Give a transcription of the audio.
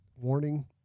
warning